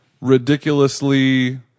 ridiculously